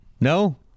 No